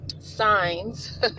signs